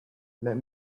let